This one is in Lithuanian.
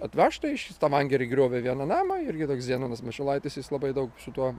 atvežta iš stavangery griovė vieną namą irgi toks zenonas mačiulaitis jis labai daug su tuo